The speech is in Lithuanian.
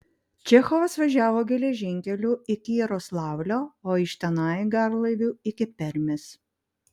čechovas važiavo geležinkeliu iki jaroslavlio o iš tenai garlaiviu iki permės